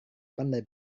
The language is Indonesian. pandai